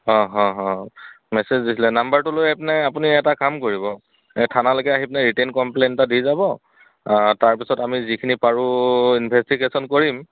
অঁ হ হ মেচেজ দিছিলে নাম্বাৰটো লৈ পিনে আপুনি এটা কাম কৰিব এই থানালৈকে আহি পিনে ৰিটেন কম্প্লেইণ্ট এটা দি যাব তাৰপিছত আমি যিখিনি পাৰোঁ ইনভেষ্টিগেশ্যন কৰিম